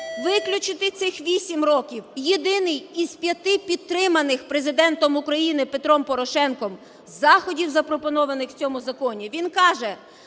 виключити цих 8 років, єдиний із п'яти підтриманих Президентом України Петром Порошенком заходів, запропонованих в цьому законі, він каже: